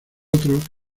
otros